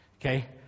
Okay